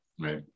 right